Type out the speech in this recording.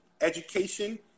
education